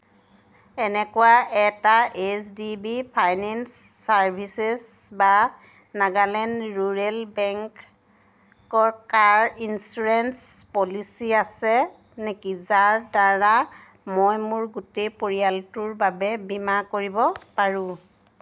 এনেকুৱা এটা H D B finance services বা নাগালেণ্ড ৰুৰেল বেংকৰ কাৰ ইঞ্চুৰেঞ্চ পলিচী আছে নেকি যাৰদ্বাৰা মই মোৰ গোটেই পৰিয়ালটোৰ বাবে বীমা কৰিব পাৰোঁ